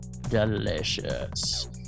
delicious